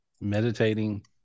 meditating